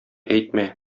әйтмә